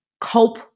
cope